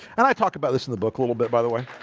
and i talked about this in the book a little bit, by the way